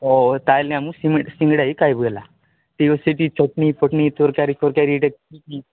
ଓ ଓ ତାହେଲେ ଆମେ ସିଙ୍ଗଡ଼ା ହିଁ ଖାଇବୁ ହେଲା ତେଣୁ ସେଇଠି ଚଟଣୀ ଫଟଣୀ ତରକାରୀ ଫରକାରୀ ଏଇଟା ହୁଁ